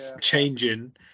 changing